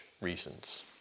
reasons